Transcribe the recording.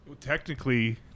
technically